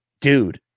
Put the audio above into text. dude